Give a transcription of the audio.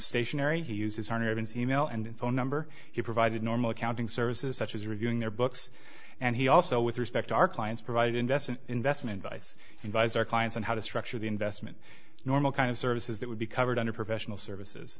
and phone number he provided normal accounting services such as reviewing their books and he also with respect our clients provided investment investment vice and vice our clients and how to structure the investment normal kind of services that would be covered under professional services